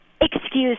excuse